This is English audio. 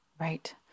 right